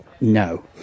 no